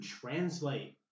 translate